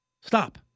stop